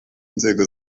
inzego